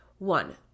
One